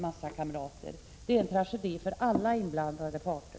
Som det är nu är det en tragedi för alla inblandade parter.